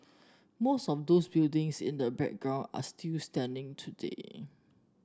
most of those buildings in the background are still standing today